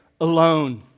alone